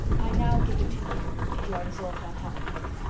i now give it to you, if you are resolved on having him.